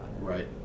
right